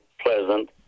pleasant